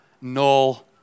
null